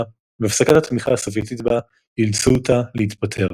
והפסקת התמיכה הסובייטית בה אילצו אותה להתפטר.